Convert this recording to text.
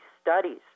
studies